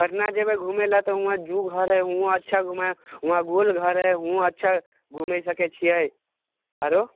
पटना जेबै घुमै लए तऽ हुऑं जू घर हइ हुऑं अच्छा घुमायब हुऑं गोल घर हइ हुओ अच्छा घुमा सकै छियै आरो